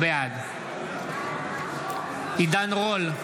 בעד עידן רול,